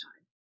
time